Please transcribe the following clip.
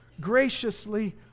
graciously